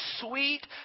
sweet